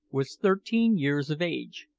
was thirteen years of age,